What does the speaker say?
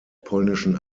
polnischen